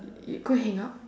you go hang out